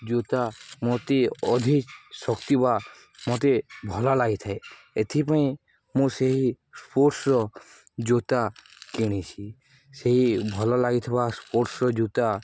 ଜୋତା ମୋତେ ଅଧିକ ଶକ୍ତି ବା ମୋତେ ଭଲ ଲାଗିଥାଏ ଏଥିପାଇଁ ମୁଁ ସେହି ସ୍ପୋର୍ଟସ୍ର ଜୋତା କିଣିଛି ସେହି ଭଲ ଲାଗିଥିବା ସ୍ପୋର୍ଟସ୍ର ଜୋତା